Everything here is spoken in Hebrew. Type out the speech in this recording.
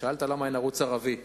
שאלת למה אין ערוץ ערבי.